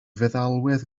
feddalwedd